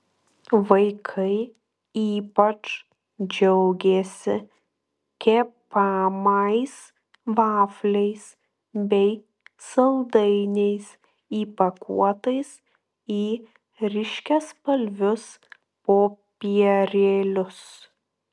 vaikai ypač džiaugėsi kepamais vafliais bei saldainiais įpakuotais į ryškiaspalvius popierėlius